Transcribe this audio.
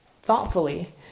Thoughtfully